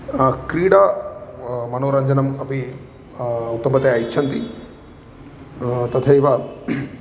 क्रीडा मनोरञ्जनम् अपि उत्तमतया इच्छन्ति तथैव